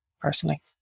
personally